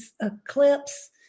eclipse